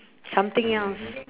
something else